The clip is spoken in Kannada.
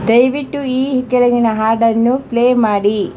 ದಯವಿಟ್ಟು ಈ ಕೆಳಗಿನ ಹಾಡನ್ನು ಪ್ಲೇ ಮಾಡಿ